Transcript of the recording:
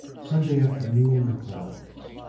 sunday afternoon crowds.